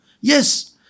yes